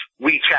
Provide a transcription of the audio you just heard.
WeChat